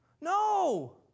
No